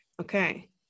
Okay